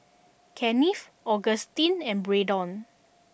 Kennith Augustine and Braydon